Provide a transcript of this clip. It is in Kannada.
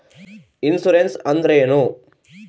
ಇನ್ಸುರೆನ್ಸ್ ಅಂದ್ರೇನು?